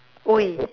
!oi!